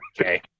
Okay